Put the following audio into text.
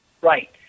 right